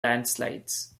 landslides